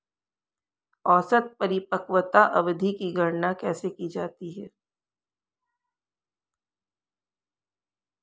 औसत परिपक्वता अवधि की गणना कैसे की जाती है?